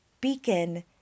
beacon